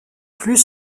plus